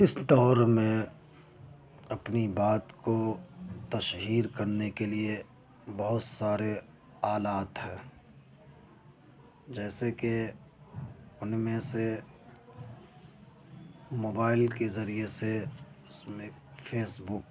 اس دور میں اپنی بات کو تشہیر کرنے کے لیے بہت سارے آلات ہے جیسے کہ ان میں سے موبائل کے ذریعے سے اس میں ایک فیس بک